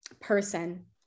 person